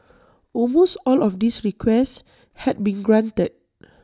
almost all of these requests had been granted